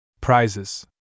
Prizes